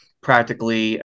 practically